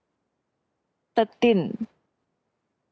thirteen